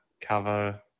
cover